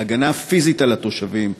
ההגנה הפיזית על התושבים,